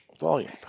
Volume